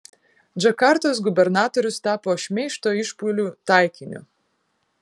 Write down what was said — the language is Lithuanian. džakartos gubernatorius tapo šmeižto išpuolių taikiniu